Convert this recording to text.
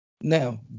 Now